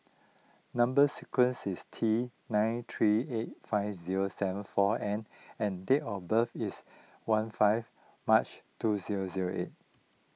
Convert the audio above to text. Number Sequence is T nine three eight five zero seven four N and date of birth is one five March two zero zero eight